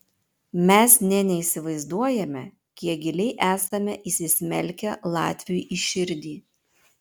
mes nė neįsivaizduojame kiek giliai esame įsismelkę latviui į širdį